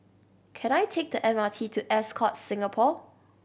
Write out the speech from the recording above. can I take the M R T to Ascott Singapore